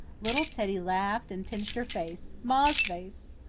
little teddy laughed and pinched her face ma's face!